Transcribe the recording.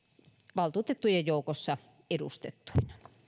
valtuutettujen joukossa edustettuina